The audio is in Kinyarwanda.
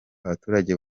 abaturage